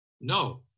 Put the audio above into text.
No